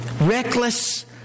Reckless